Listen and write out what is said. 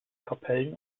kapellen